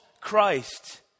Christ